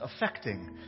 affecting